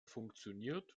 funktioniert